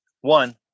One